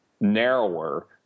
narrower